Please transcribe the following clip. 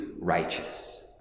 righteous